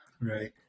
right